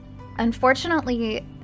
Unfortunately